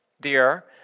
dear